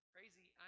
Crazy